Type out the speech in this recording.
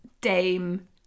Dame